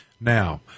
Now